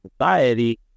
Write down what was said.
society